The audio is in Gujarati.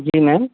જી મેમ